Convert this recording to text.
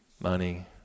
money